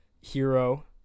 Hero